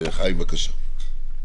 חיים, בבקשה.